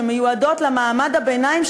שמיועדות למעמד הביניים,